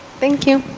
thank you.